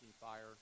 fire